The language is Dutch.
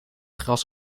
gras